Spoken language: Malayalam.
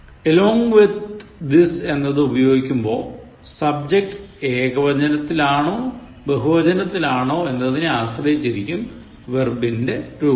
along with this എന്നത് ഉപയോഗിക്കുമ്പോൾ സബ്ജക്റ്റ് ഏകവചനത്തിലാണോ ബഹുവചനത്തിലാണോ എന്നതിനെ ആശ്രയിച്ചിരിക്കും വെർബിന്റെ രൂപം